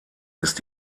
ist